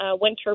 winter